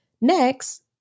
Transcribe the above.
Next